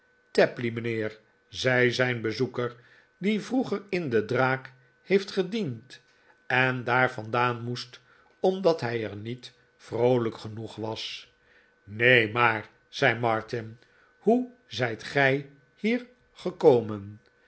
tapley mijnheer zei zijn bezoeker die vroeger in de draak heeft gediend en daar vandaan moest omdat hij er niet vroolijk genoeg w a s neen maar zei martin hoe zijt ge hier gekomeh